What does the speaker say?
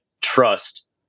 trust